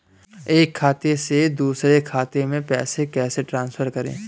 एक खाते से दूसरे खाते में पैसे कैसे ट्रांसफर करें?